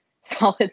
solid